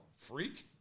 Freak